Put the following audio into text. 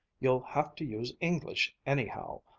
you'll have to use english, anyhow.